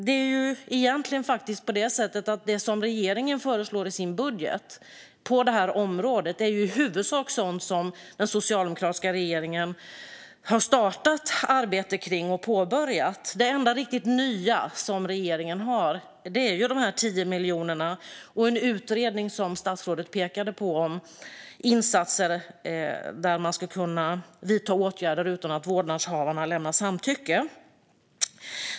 Det är egentligen på det sättet att det som regeringen föreslår i sin budget på det här området i huvudsak är sådant som den socialdemokratiska regeringen har startat arbete med och påbörjat. Det enda riktigt nya som regeringen har är de här 10 miljonerna och den utredning som statsrådet pekade på om insatser för att man ska kunna vidta åtgärder utan att vårdnadshavarna lämnar samtycke.